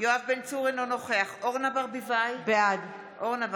יואב בן צור, אינו נוכח אורנה ברביבאי, בעד